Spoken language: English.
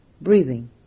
breathing